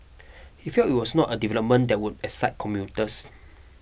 he felt it was not a development that would excite commuters